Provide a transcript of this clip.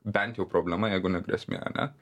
bent jau problema jeigu ne grėsmė ane